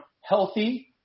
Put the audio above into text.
healthy